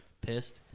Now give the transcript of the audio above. pissed